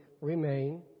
remain